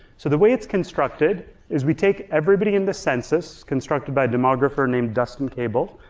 so the way it's constructed is we take everybody in the census, constructed by a demographer named dustin cable,